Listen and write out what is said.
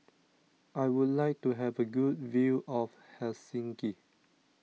I would like to have a good view of Helsinki